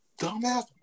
dumbass